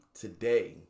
today